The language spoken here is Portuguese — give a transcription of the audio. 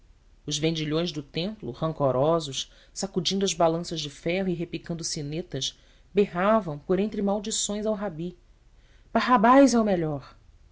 os vendilhões do templo rancorosos sacudindo as balanças de ferro e repicando sinetas berravam por entre maldições ao rabi barrabás é o melhor